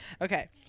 okay